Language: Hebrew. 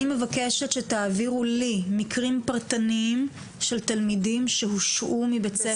אני מבקשת שתעבירו לי מקרים פרטניים של תלמידים שהושעו מבית ספר.